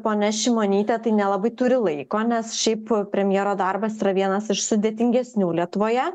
ponia šimonytė tai nelabai turi laiko nes šiaip premjero darbas yra vienas iš sudėtingesnių lietuvoje